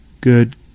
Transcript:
Good